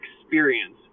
experience